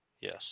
Yes